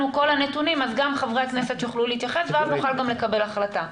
כל הנתונים אז גם חברי הכנסת יוכלו להתייחס ואז נוכל גם לקבל החלטה.